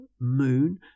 moon